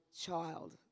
child